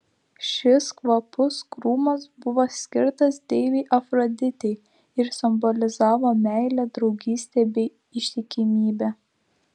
šis kvapus krūmas buvo skirtas deivei afroditei ir simbolizavo meilę draugystę bei ištikimybę